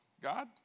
God